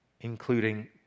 including